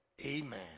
amen